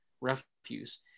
refuse